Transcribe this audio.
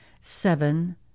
Seven